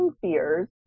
fears